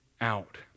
out